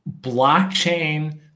Blockchain